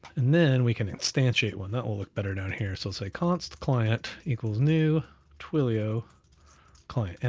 and then we can instantiate one that will look better down here. so i'll say const client equals new twilio client, and